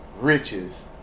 riches